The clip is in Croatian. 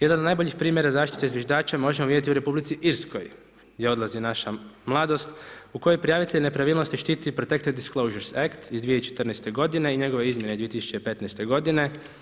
Jedan od najboljih primjera zaštite zviždača možemo vidjeti u Republici Irskoj, gdje odlazi naša mladost, u kojoj prijavitelja nepravilnosti štiti Protected disclosures act iz 2014. godine i njegove izmjene 2015. godine.